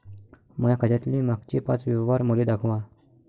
माया खात्यातले मागचे पाच व्यवहार मले दाखवा